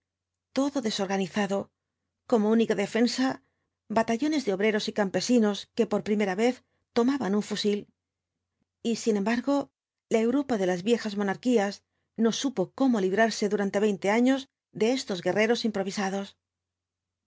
todo desorganizado como única defensa batallones d obreros y campesinos que por primera vez tomaban un íusil t sin embargo la europa de las viejas monarquías no supo cómo librarse durante veinte años de estos f uwreros improvisados